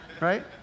right